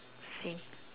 same